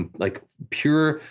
um like pure,